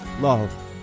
Love